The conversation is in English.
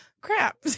crap